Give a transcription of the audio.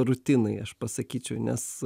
rutinai aš pasakyčiau nes